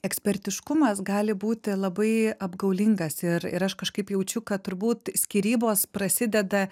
ekspertiškumas gali būti labai apgaulingas ir ir aš kažkaip jaučiu kad turbūt skyrybos prasideda